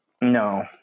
no